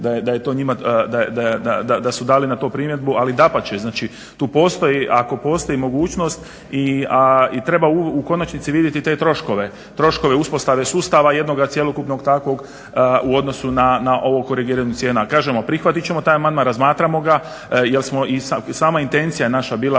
da su dali na to primjedbu ali dapače tu postoji ako postoji mogućnost i treba u konačnici vidjeti te troškove, troškove uspostave sustava, jednoga cjelokupnog takvog u odnosu na ovo korigiranje cijena. Kažemo prihvatiti ćemo taj amandman, razmatramo ga jer je sama intencija bila